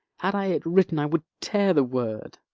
had i it written, i would tear the word.